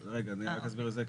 רגע, אני רק אסביר את זה.